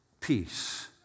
peace